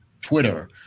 Twitter